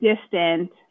distant